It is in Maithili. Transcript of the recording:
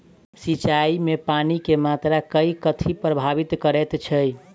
सिंचाई मे पानि केँ मात्रा केँ कथी प्रभावित करैत छै?